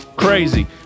crazy